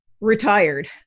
retired